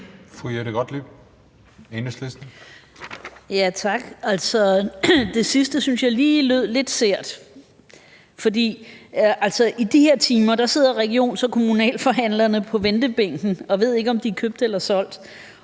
Jette Gottlieb (EL): Tak. Altså, det sidste synes jeg lige lød lidt sært. For i de her timer sidder regions- og kommunalforhandlerne på ventebænken og ved ikke, om de er købt eller solgt